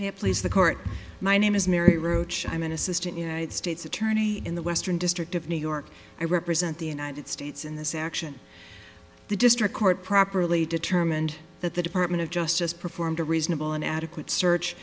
have please the court my name is mary roach i'm an assistant united states attorney in the western district of new york i represent the united states in this action the district court properly determined that the department of justice performed a reasonable and adequate search